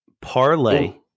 Parlay